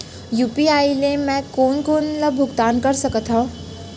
UPI ले मैं कोन कोन ला भुगतान कर सकत हओं?